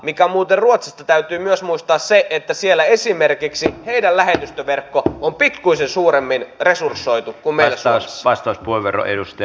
ja muuten ruotsista täytyy myös muistaa se että siellä esimerkiksi heidän lähetystöverkkonsa on pikkuisen suuremmin resursoitu kuin meillä suomessa